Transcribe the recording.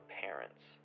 parents